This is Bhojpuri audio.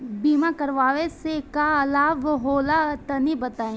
बीमा करावे से का लाभ होला तनि बताई?